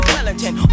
Wellington